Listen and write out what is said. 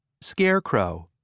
Scarecrow